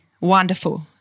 wonderful